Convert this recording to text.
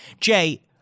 Jay